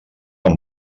amb